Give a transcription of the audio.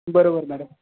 बरोबर मॅडम